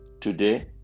Today